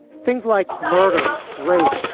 things like murder, rape,